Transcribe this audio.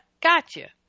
Gotcha